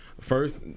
First